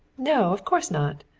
no, of course not!